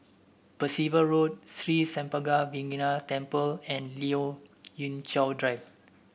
Percival Road Sri Senpaga Vinayagar Temple and Lien Ying Chow Drive